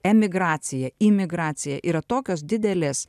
emigracija imigracija yra tokios didelės